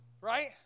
Right